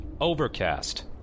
Overcast